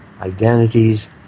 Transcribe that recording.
identities